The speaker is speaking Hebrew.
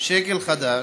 שקל חדש,